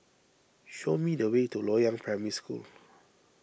show me the way to Loyang Primary School